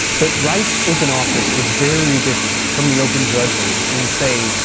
but wright's open office was very different from the open drudgery in, say,